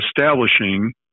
establishing